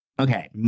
Okay